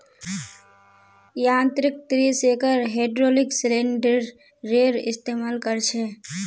यांत्रिक tree shaker hydraulic सिलिंडरेर इस्तेमाल कर छे